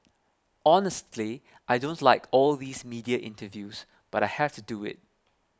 honestly I don't like all these media interviews but I have to do it